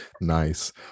nice